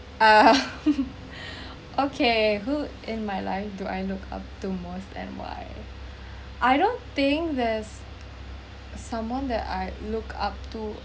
uh okay who in my life do I look up to most and why I don't think there's someone that I I look up to